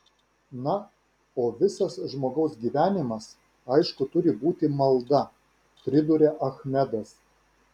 na o visas žmogaus gyvenimas aišku turi būti malda priduria achmedas